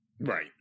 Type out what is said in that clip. Right